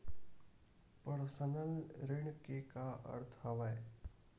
Personal ऋण के का अर्थ हवय?